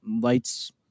lights